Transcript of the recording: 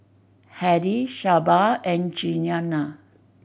Hedy Shelba and Jeana